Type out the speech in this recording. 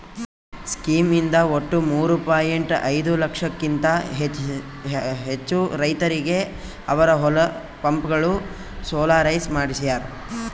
scheme ಇಂದ ಒಟ್ಟು ಮೂರೂ ಪಾಯಿಂಟ್ ಐದೂ ದಶಲಕ್ಷಕಿಂತ ಹೆಚ್ಚು ರೈತರಿಗೆ ಅವರ ಹೊಲದ ಪಂಪ್ಗಳು ಸೋಲಾರೈಸ್ ಮಾಡಿಸ್ಯಾರ್